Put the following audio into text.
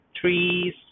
trees